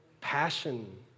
passion